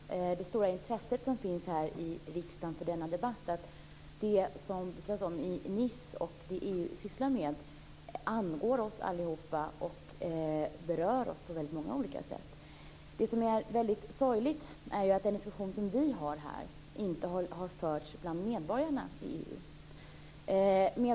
Herr talman! Det stora intresset som finns här i riksdagen för denna debatt märks tydligt. Det som hände i Nice och det som EU sysslar med angår oss alla. Det berör oss på väldigt många olika sätt. Det som är väldigt sorgligt är att den diskussion som vi för här inte har förts bland medborgarna i EU.